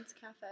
Cafe